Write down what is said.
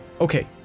okay